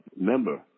member